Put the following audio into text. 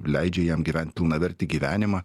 leidžia jam gyvent pilnavertį gyvenimą